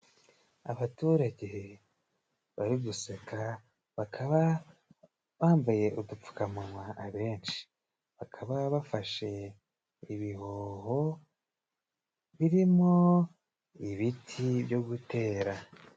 Abaturage bari guseka bakaba bambaye udupfukamunwa abenshi, bakaba bafashe ibihoho birimo ibiti byo gutera.